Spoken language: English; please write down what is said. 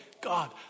God